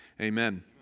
Amen